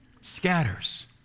scatters